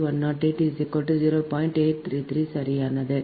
833 சரியானது